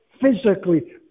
physically